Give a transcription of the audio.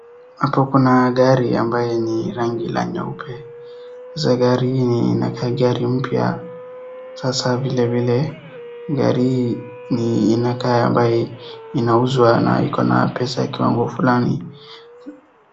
Hapo kuna gari ambaye ni rangi la nyeupe. Sasa gari hii inakaa gari mpya. Sasa vile vile gari hii ni inakaa ambaye inauzwa na iko na pesa kiwango fulani.